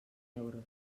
euros